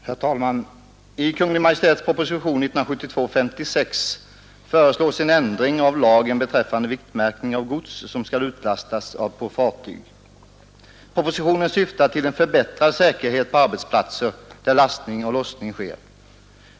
Herr talman! I Kungl. Maj:ts proposition 1972:56 föreslås en ändring av lagen beträffande viktmärkning av gods som skall utlastas på fartyg. Propositionen syftar till en förbättrad säkerhet på arbetsplatser där lastning och lossning sker.